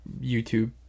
YouTube